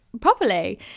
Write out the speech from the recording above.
properly